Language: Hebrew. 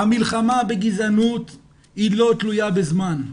המלחמה בגזענות היא לא תלויה בזמן.